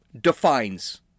defines